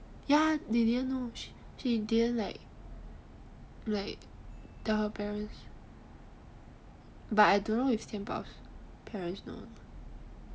ya they didn't know she didn't like like tell her parents but I don't know if tian bao parents know or not